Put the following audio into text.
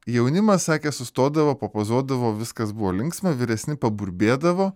jaunimas sakė sustodavo papozuodavo viskas buvo linksma vyresni paburbėdavo